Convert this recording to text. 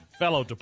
fellow